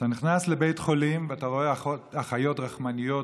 אתה נכנס לבית חולים ואתה רואה אחיות רחמניות,